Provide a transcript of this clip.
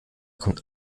kommt